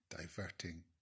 diverting